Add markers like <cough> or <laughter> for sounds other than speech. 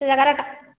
<unintelligible>